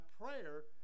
prayer